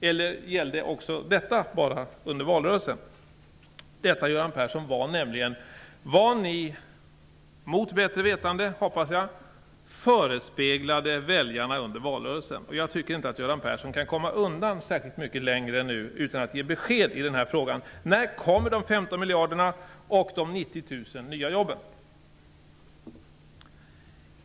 Eller gällde också detta bara under valrörelsen? Detta, Göran Persson, var nämligen vad ni, mot bättre vetande, förespeglade väljarna under valrörelsen. Jag tycker inte att Göran Persson kan komma undan särskilt mycket längre utan att ge besked i den här frågan. När kommer de 15 miljarderna och de 90 000 nya jobben?